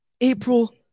April